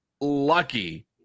lucky –